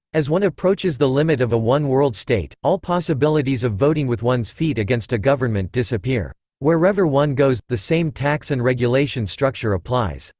as one approaches the limit of a one world state, all possibilities of voting with one's feet against a government disappear. wherever one goes, the same tax and regulation structure applies.